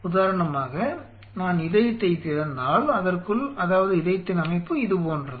உதாரணமாக நான் இதயத்தைத் திறந்தால் அதற்குள் அதாவது இதயத்தின் அமைப்பு இது போன்றது